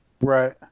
Right